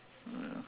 mm ya